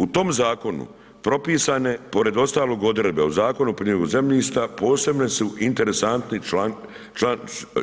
U tom zakonu propisane pored ostalog odredbe u Zakonu ... zemljišta posebno su interesantni